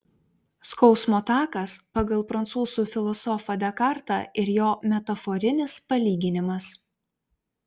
skausmo takas pagal prancūzų filosofą dekartą ir jo metaforinis palyginimas